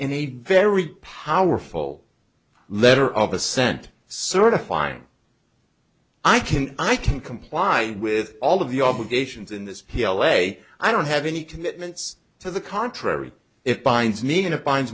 in a very powerful letter of assent certifying i can i can comply with all of the obligations in this p l a i don't have any commitments to the contrary it binds me in a bind